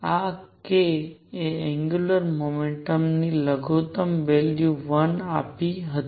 આ k એ angular momentum લઘુતમ વેલ્યુ 1 આપી હતી